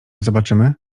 zobaczymy